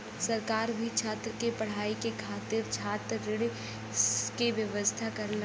सरकार भी छात्र के पढ़ाई के खातिर छात्र ऋण के व्यवस्था करलन